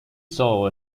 saw